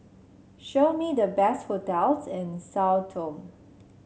show me the best hotels in Sao Tome